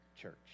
church